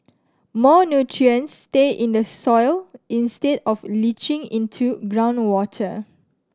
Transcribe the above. more nutrients stay in the soil instead of leaching into groundwater